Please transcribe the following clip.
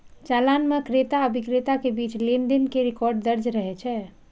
चालान मे क्रेता आ बिक्रेता के बीच लेनदेन के रिकॉर्ड दर्ज रहै छै